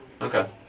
Okay